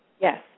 Yes